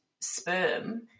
sperm